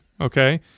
okay